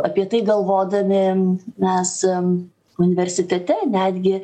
apie tai galvodami mes universitete netgi